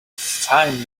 find